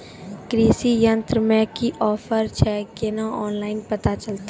कृषि यंत्र मे की ऑफर छै केना ऑनलाइन पता चलतै?